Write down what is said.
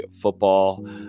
football